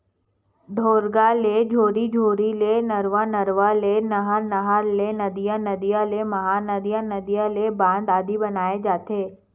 ढोरगा ले झोरी, झोरी ले नरूवा, नरवा ले नहर, नहर ले नदिया, नदिया ले महा नदिया, नदिया ले बांध आदि बनाय जाथे